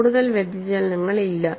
കൂടുതൽ വ്യതിചലനങ്ങൾ ഇല്ല